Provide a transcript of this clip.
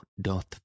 doth